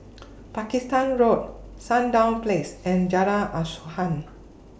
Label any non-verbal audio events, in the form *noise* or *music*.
*noise* Pakistan Road Sandown Place and Jalan Asuhan